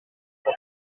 pour